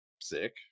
Sick